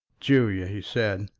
julia, he said,